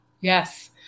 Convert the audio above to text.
yes